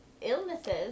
illnesses